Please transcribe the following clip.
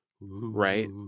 right